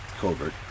covert